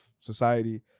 society